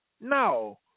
No